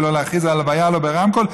ולא להכריז על ההלוויה ברמקול,